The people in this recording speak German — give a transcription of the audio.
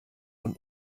und